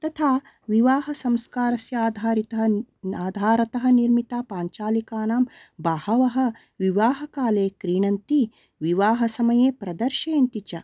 तथा विवाहसंस्कारस्य आधारिता आधारतः निर्मिता पाञ्चालिकानां बहवः विवाहकाले क्रीणन्ति विवाहसमये प्रदर्शयन्ति च